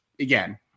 again